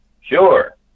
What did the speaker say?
Sure